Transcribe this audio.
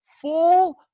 full